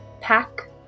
pack